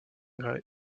gray